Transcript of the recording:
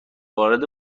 وارد